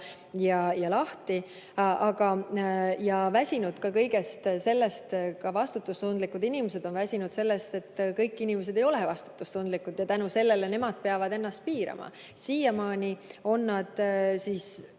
lahti, väsinud kõigest sellest. Vastutustundlikud inimesed on väsinud ka sellest, et kõik inimesed ei ole vastutustundlikud ja tänu sellele peavad nemad ennast piirama. Siiamaani on enamus